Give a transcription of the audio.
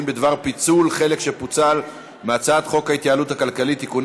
בדבר פיצול חלק שפוצל מהצעת חוק ההתייעלות הכלכלית (תיקוני